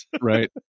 right